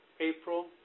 April